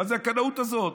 מה זה הקנאות הזאת?